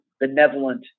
benevolent